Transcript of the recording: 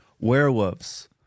Werewolves